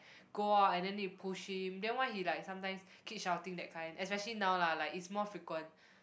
go out and then need to push him then why he like sometimes keep shouting that kind especially now lah like it's more frequent